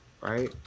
Right